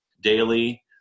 daily